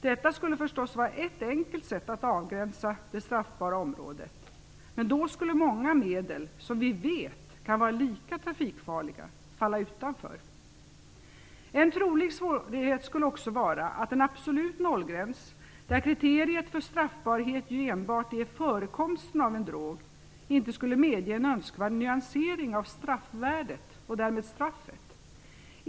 Detta skulle förstås vara ett enkelt sätt att avgränsa det straffbara området, men då skulle många medel som vi vet kan vara lika trafikfarliga falla utanför. En trolig svårighet skulle också vara att en absolut nollgräns där kriteriet för straffbarhet enbart är förekomsten av en drog inte skulle medge en önskvärd nyansering av straffvärdet och därmed straffet.